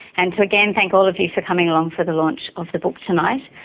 and to again thank all of you for coming along for the launch of the book tonight.